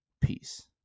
Peace